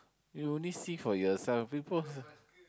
you only see for yourself people